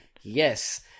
yes